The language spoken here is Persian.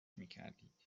میکردید